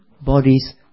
bodies